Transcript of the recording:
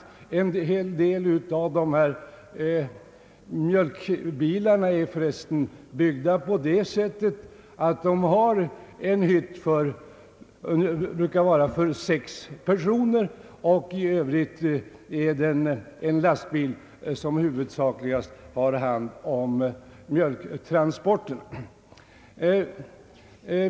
Många mjölkbilar är för resten byggda med hytt för sex personer, och i övrigt är de lastbilar som huvudsakligen tar hand om mjölktransporter.